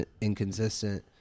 inconsistent